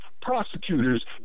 prosecutors